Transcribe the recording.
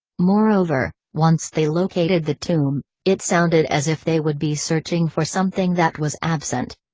moreover, once they located the tomb, it sounded as if they would be searching for something that was absent.